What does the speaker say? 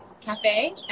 cafe